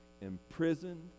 imprisoned